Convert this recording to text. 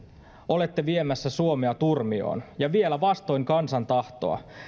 olette viemässä suomea turmioon ja vielä vastoin kansan tahtoa